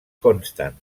consten